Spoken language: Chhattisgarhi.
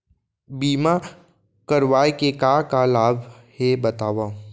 बीमा करवाय के का का लाभ हे बतावव?